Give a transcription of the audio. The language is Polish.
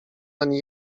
ani